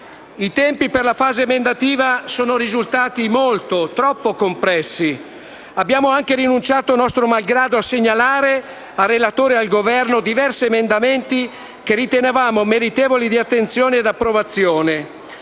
I tempi per la fase emendativa sono risultati molto, troppo compressi. Abbiamo anche rinunciato, nostro malgrado, a segnalare al relatore e al Governo diversi emendamenti che ritenevano meritevoli di attenzione e approvazione.